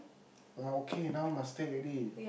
we're okay now must take already